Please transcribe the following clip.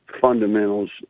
fundamentals